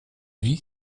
vie